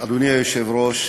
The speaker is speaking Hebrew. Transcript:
אדוני היושב-ראש,